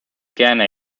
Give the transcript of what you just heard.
ghana